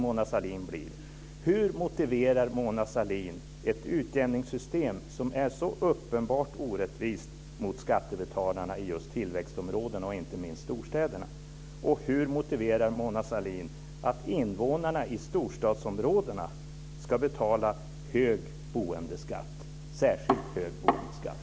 Mona Sahlin ett utjämningssystem som är så uppenbart orättvist mot skattebetalarna i just tillväxtområdena och inte minst storstäderna, och hur motiverar Mona Sahlin att invånarna i storstadsområdena ska betala särskilt hög boendeskatt?